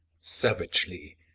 Savagely